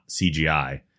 CGI